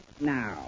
now